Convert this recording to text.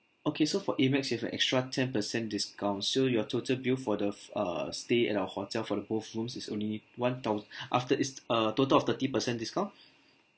okay so for amex you have an extra ten percent discount so your total bill for the uh stay in our hotel for the both rooms is only one thou~ after is a total of thirty percent discount